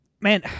Man